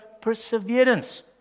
perseverance